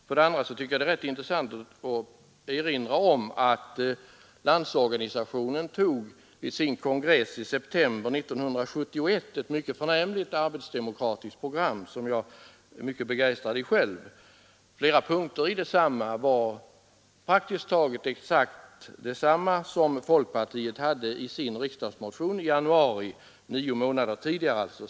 För det andra är det intressant att få erinra om att Landsorganisationen vid sin kongress i september 1971 antog ett mycket förnämligt arbetsdemokratiskt program, som jag är mycket begeistrad i. Flera punkter i det programmet var desamma som folkpartiet hade i sin riksdagsmotion i januari nio månader tidigare.